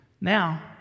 Now